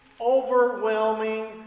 overwhelming